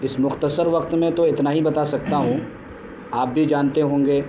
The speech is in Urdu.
اس مختصر وقت میں تو اتنا ہی بتا سکتا ہوں آپ بھی جانتے ہوں گے